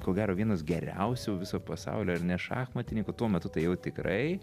ko gero vienas geriausių viso pasaulio ar ne šachmatininkų tuo metu tai jau tikrai